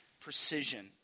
precision